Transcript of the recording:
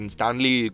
Stanley